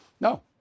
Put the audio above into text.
No